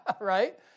right